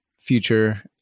future